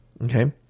Okay